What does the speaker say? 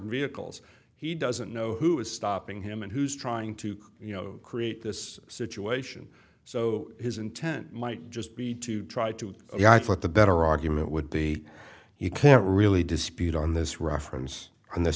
vehicle he doesn't know who is stopping him and who's trying to you know create this situation so his intent might just be to try to i thought the better argument would be you can't really dispute on this reference on this